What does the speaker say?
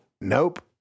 Nope